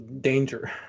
danger